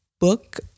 Book